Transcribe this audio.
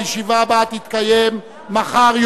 הישיבה הבאה תתקיים מחר,